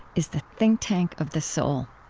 is the think tank of the soul.